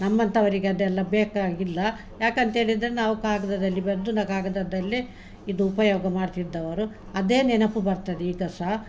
ನಮ್ಮಂಥವ್ರಿಗೆ ಅದೆಲ್ಲ ಬೇಕಾಗಿಲ್ಲ ಯಾಕಂತೇಳಿದರೆ ನಾವು ಕಾಗದದಲ್ಲೇ ಬರೆದು ನಾ ಕಾಗದದ್ದಲ್ಲೇ ಇದು ಉಪಯೋಗ ಮಾಡ್ತಿದ್ದವರು ಅದೇ ನೆನಪು ಬರ್ತದೆ ಈಗ ಸಹ